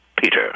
Peter